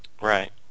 right